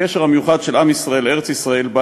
הקשר המיוחד של עם ישראל לארץ-ישראל בא